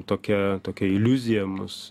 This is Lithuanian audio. tokia tokia iliuzija mus